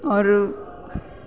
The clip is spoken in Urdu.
اور